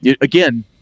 Again